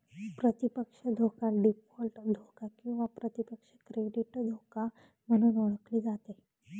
प्रतिपक्ष धोका डीफॉल्ट धोका किंवा प्रतिपक्ष क्रेडिट धोका म्हणून ओळखली जाते